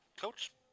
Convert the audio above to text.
Coach